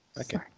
Okay